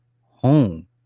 home